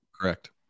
Correct